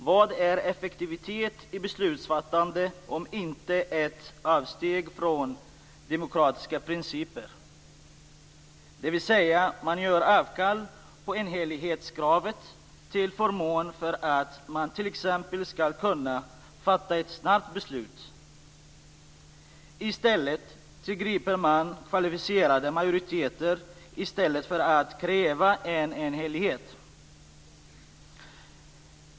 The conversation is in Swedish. Vad är effektivitet i beslutsfattande om inte ett avsteg från demokratiska principer. Man gör avkall på enhällighetskravet till förmån för att man t.ex. skall kunna fatta ett snabbt beslut. I stället för att kräva enhällighet tillgriper man kvalificerade majoriteter.